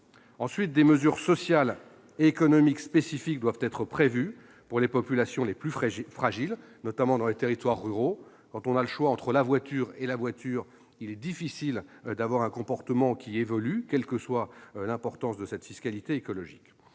Ensuite, des mesures sociales et économiques spécifiques doivent être prévues pour les populations les plus fragiles, notamment dans les territoires ruraux. Quand on a le choix entre la voiture et la voiture, il est difficile de faire évoluer son comportement, quelle que soit l'importance de la fiscalité écologique